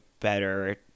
better